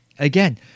Again